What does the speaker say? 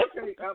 Okay